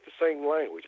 language